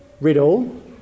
riddle